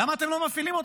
למה אתם לא מפעילים אותן?